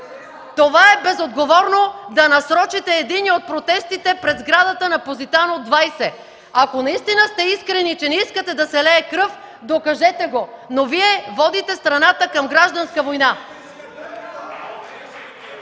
Това е безотговорно – да насрочите един от протестите пред сградата на „Позитано” 20. Ако наистина сте искрени, че не искате да се лее кръв, докажете го, но Вие водите страната към гражданска война.